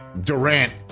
Durant